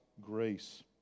grace